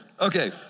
Okay